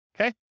okay